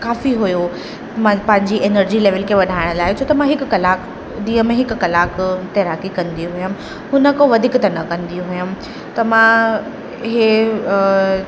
काफ़ी हुओ मां पंहिंजी ऐनर्जी लेवल खे वधाइण लाइ छो त मां हिकु कलाक ॾींहं में हिकु कलाक तैराकी कंदी हुअमि हुन खां वधीक त न कंदी हुअमि त मां इहे